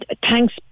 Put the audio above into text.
thanks